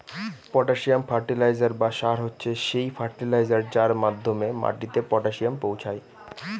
potassium fertiliser বা সার হচ্ছে সেই ফার্টিলাইজার যার মাধ্যমে মাটিতে পটাসিয়াম পৌঁছায়